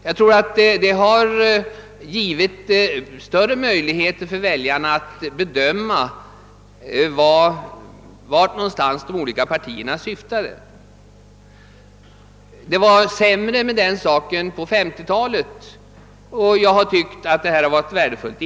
Jag tror att detta inneburit större möjligheter för väljarna att bedöma de olika partiernas syften. Det var sämre härvidlag på 1950 talet.